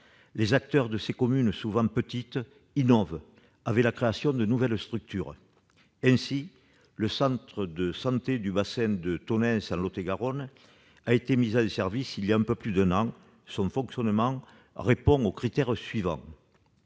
les acteurs de certaines communes, souvent petites, innovent avec la création de nouvelles structures. Ainsi, le centre de santé du bassin de Tonneins, en Lot-et-Garonne, a été mis en service voilà un peu plus d'un an. Son fonctionnement répond aux critères suivants.